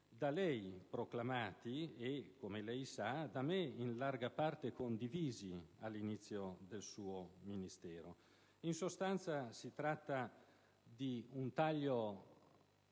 da lei proclamati e, come lei sa, da me in larga parte condivisi all'inizio del suo Ministero. In sostanza, si tratta di un taglio